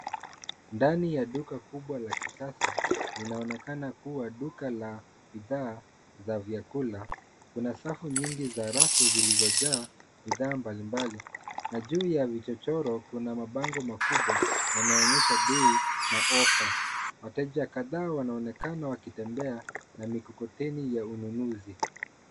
Ndani ya duka kubwa la kisasa linaonekana kuwa duka la bidhaa za vyakula. Kuna safu mingi za rafu zilizojaa bidhaa mbalimbali na juu ya vichochoro kuna mabango makubwa yanaonyesha bei na ofa. Wateja kadhaa wanaonekana wakitembea na mikokoteni ya ununuzi.